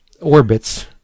orbits